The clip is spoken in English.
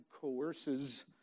coerces